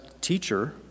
teacher